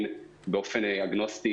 באופן אגנוסטי,